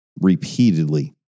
Repeatedly